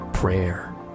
prayer